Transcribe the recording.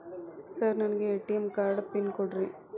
Sir ನನಗೆ ATM card pin ಕೊಡ್ರಿ?